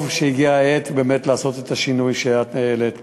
טוב שהגיעה העת באמת לעשות את השינוי שאת העלית פה,